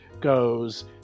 goes